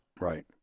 Right